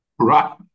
Right